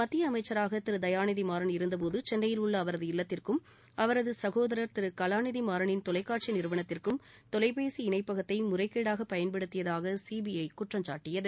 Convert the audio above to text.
மத்தியஅமைச்சராகதிருதயாநிதிமாறன் இருந்தபோதுசென்னையில் உள்ளஅவரது இல்லத்திற்கும் திருகலாநிதிமாறனின் அவரகுசகோதரர் தொலைகாட்சிநிறுவனத்திற்கும் தொலைபேசி இணைப்பகத்தைமுறைகேடாகபயன்படுத்தியதாகசிபிஐகுற்றம் சாட்டியது